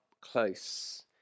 close